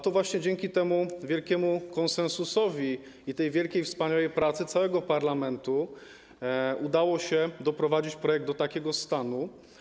To dzięki temu wielkiemu konsensusowi i tej wielkiej, wspaniałej pracy całego parlamentu udało się doprowadzić projekt do takiego stanu.